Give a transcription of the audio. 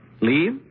Leave